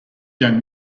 young